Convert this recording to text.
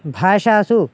भाषासु